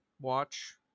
watch